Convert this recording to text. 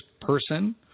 person